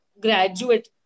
graduate